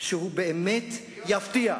שהוא באמת יפתיע,